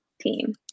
team